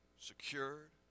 secured